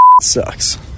sucks